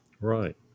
Right